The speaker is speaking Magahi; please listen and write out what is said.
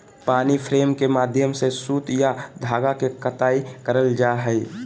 पानी फ्रेम के माध्यम से सूत या धागा के कताई करल जा हय